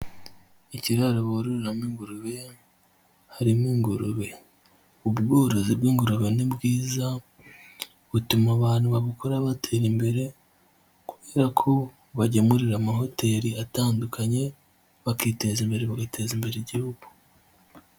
Ikiraro bororeramo ingurube harimo ingurube, ubworozi bw'ingurube ni bwiza butuma abantu babukora batera imbere, kubera ko bagemurira amahoteli atandukanye, bakiteza imbere bagateza imbere igihugu.